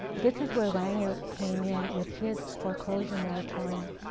this is where langer came in with his foreclosure moratorium,